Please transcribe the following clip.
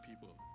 people